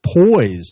poised